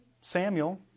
Samuel